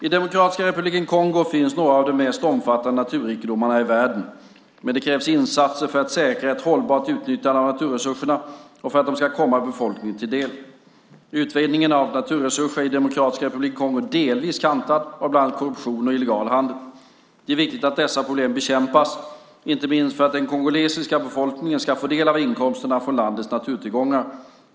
I Demokratiska republiken Kongo finns några av de mest omfattande naturrikedomarna i världen, men det krävs insatser för att säkra ett hållbart utnyttjande av naturresurserna och för att de ska komma befolkningen till del. Utvinningen av naturresurserna är i Demokratiska republiken Kongo delvis kantad av bland annat korruption och illegal handel. Det är viktigt att dessa problem bekämpas, inte minst för att den kongolesiska befolkningen ska få del av inkomsterna från landets naturtillgångar.